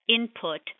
input